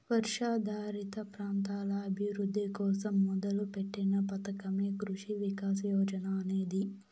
వర్షాధారిత ప్రాంతాల అభివృద్ధి కోసం మొదలుపెట్టిన పథకమే కృషి వికాస్ యోజన అనేది